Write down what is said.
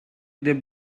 del